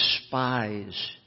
despise